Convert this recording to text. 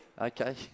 Okay